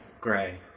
gray